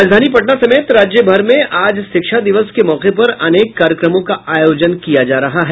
राजधानी पटना समेत राज्यभर में आज शिक्षा दिवस के मौके पर अनेक कार्यक्रमों का आयोजन किया जा रहा है